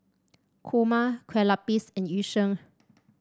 kurma Kueh Lapis and Yu Sheng